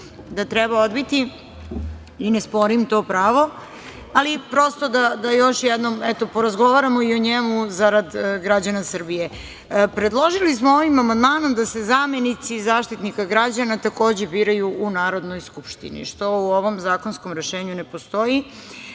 da treba odbiti i ne sporim to pravo, ali prosto, da još jednom porazgovaramo i o njemu, zarad građana Srbije. Predložili smo ovim amandmanom da se zamenici Zaštitnika građana takođe biraju u Narodnoj skupštini, što u ovom zakonskom rešenju ne postoji,